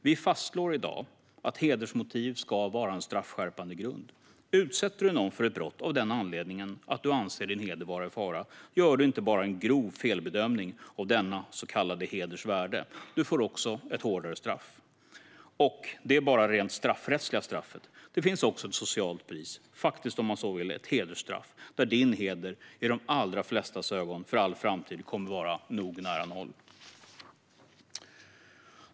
Vi fastslår i dag att hedersmotiv ska vara en straffskärpande grund. Utsätter du någon för ett brott av den anledningen att du anser din heder vara i fara gör du inte bara en grov felbedömning av denna så kallade heders värde, utan du får också ett hårdare straff. Och det är bara det rent straffrättsliga straffet. Det finns också ett socialt pris - faktiskt, om man så vill, ett hedersstraff där din heder i de allra flestas ögon för all framtid kommer att vara nog nära noll.